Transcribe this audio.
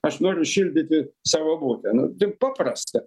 aš noriu šildyti savo butą nu tai paprasta